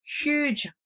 huge